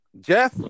Jeff